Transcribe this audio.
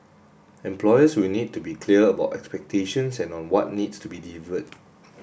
employers will need to be clear about expectations and on what needs to be delivered